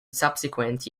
subsequent